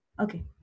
Okay